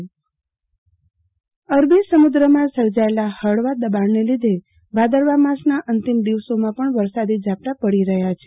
વરસાદ અરબી સમુદ્રમાં સર્જાયેલા હળવા દબાણને લીધે ભાદરવા માસના અંતિમ દિવસોમાં પણ વરસાદી ઝાપટા પડી રહ્યા છે